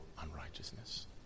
unrighteousness